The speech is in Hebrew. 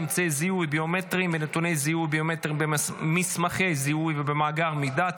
לציון מכתבתן של 18 המשפחות היהודיות מגאורגיה,